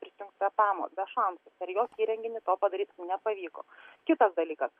prisijungt prie tamo be šansų per jos įrenginį to padaryt nepavyko kitas dalykas